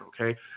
okay